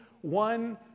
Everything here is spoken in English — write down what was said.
one